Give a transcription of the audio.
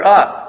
up